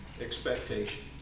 expectation